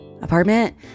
apartment